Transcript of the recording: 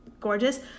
gorgeous